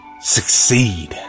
succeed